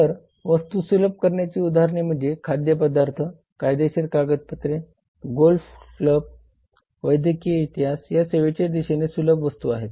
तर वस्तू सुलभ करण्याची उदाहरणे म्हणजे खाद्यपदार्थ कायदेशीर कागदपत्रे गोल्फ क्लब वैद्यकीय इतिहास या सेवेच्या दिशेने सुलभ वस्तू आहेत